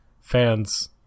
fans